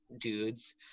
dudes